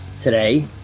Today